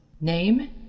Name